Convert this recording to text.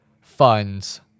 funds